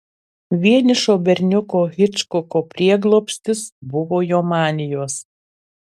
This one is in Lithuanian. vienišo berniuko hičkoko prieglobstis buvo jo manijos